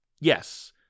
yes